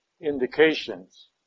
indications